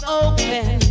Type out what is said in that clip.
open